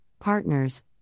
partners